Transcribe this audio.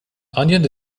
onion